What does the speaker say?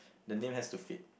the name has to fit